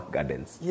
Gardens